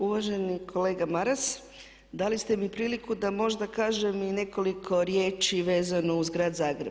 Uvaženi kolega Maras, dali ste mi priliku da možda kažem i nekoliko riječi vezano uz grad Zagreb.